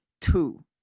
two